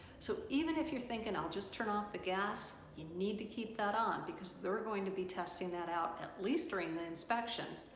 so even if you're thinking i'll just turn off the gas you need to keep that on because they're going to be testing that out and least during the inspection.